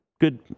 good